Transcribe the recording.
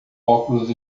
óculos